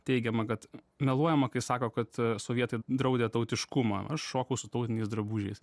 teigiama kad meluojama kai sako kad sovietai draudė tautiškumą aš šokau su tautiniais drabužiais